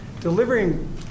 delivering